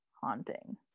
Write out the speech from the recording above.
haunting